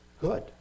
Good